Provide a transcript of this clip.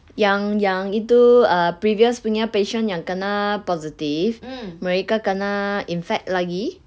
yang yang itu uh previous punya patient yang kena positive mereka kena infect lagi